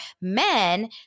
men